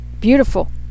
beautiful